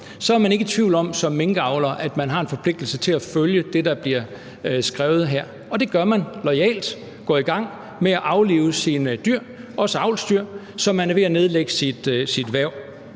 minkavler ikke i tvivl om, at man har en forpligtelse til at følge det, der bliver skrevet her. Og det gør man loyalt; man går i gang med at aflive sine dyr, også sine avlsdyr, så man er ved at nedlægge sit hverv.